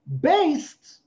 based